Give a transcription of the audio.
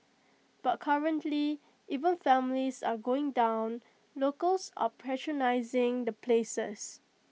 but currently even families are going down locals are patronising the places